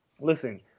listen